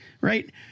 Right